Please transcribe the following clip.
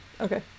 Okay